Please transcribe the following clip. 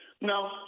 No